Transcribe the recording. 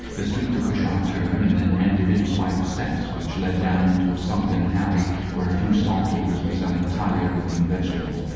the street took a sharp turn and then ended in a flight of steps which led down into a sunken alley where a few stall-keepers were selling tired-looking vegetables.